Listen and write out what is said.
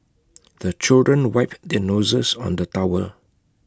the children wipe their noses on the tower